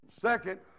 second